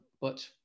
but-